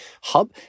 Hub